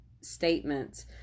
statements